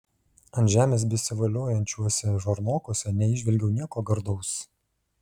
ant žemės besivoliojančiuose žarnokuose neįžvelgiau nieko gardaus